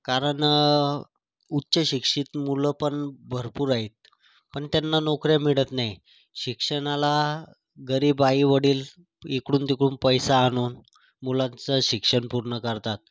कारण उच्चशिक्षित मुलं पण भरपूर आहेत पण त्यांना नोकऱ्या मिळत नाही शिक्षणाला गरीब आईवडील इकडून तिकडून पैसा आणून मुलांचं शिक्षण पूर्ण करतात